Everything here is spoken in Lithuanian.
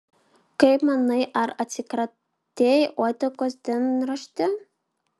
kaip manai ar atsikratei uodegos dienrašti